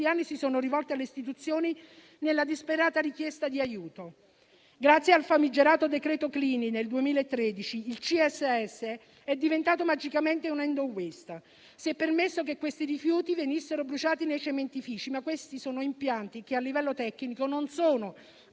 anni si sono rivolti alle istituzioni con una disperata richiesta di aiuto. Grazie al famigerato decreto Clini, nel 2013, il CSS è diventato magicamente un *end of waste*. Si è permesso che questi rifiuti venissero bruciati nei cementifici, ma questi sono impianti che, a livello tecnico, non sono